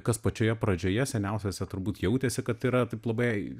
kas pačioje pradžioje seniausiose turbūt jautėsi kad yra taip labai